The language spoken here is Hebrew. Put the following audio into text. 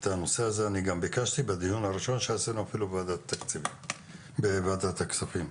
את הנושא הזה גם ביקשתי בדיון הראשון שעשנו בוועדת אפילו בוועדת הכספים,